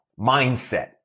mindset